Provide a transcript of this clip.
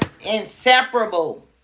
inseparable